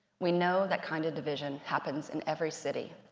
we know that kind of division happens in every city.